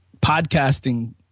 podcasting